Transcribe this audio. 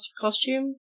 costume